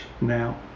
now